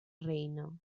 reina